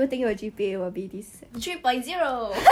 because of people like sarah and bevan